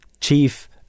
Chief